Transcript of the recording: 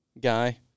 guy